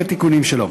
בתיקונים שלו.